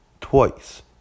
Twice